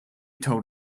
told